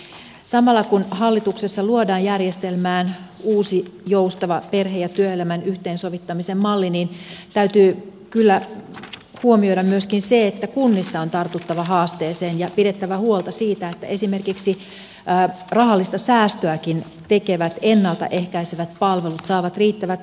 ja samalla kun hallituksessa luodaan järjestelmään uusi joustava perheen ja työelämän yhteensovittamisen malli niin täytyy kyllä huomioida myöskin se että kunnissa on tartuttava haasteeseen ja pidettävä huolta siitä että esimerkiksi rahallista säästöäkin tekevät ennalta ehkäisevät palvelut saavat riittävät satsaukset